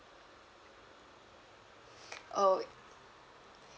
oh